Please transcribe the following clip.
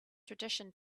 tradition